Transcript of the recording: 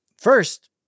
First